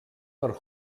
per